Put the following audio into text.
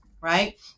right